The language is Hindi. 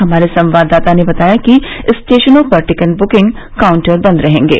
हमारे संवाददाता ने बताया कि स्टेशनों पर टिकट बुकिंग काउंटर बंद रहेंगे